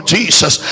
Jesus